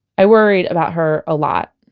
i worried about her a lot.